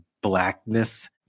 blackness